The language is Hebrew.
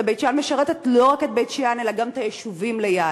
ובית-שאן משרתת לא רק את בית-שאן אלא גם את היישובים ליד.